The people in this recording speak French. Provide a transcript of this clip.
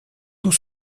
tout